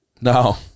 No